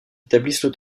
établissent